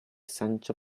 sancho